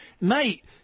mate